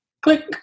click